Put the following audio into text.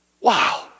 Wow